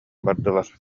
бардылар